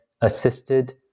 assisted